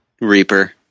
Reaper